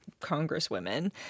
Congresswomen